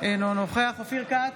אינו נוכח אופיר כץ,